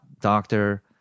doctor